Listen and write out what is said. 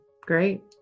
Great